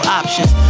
options